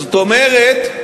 זאת אומרת,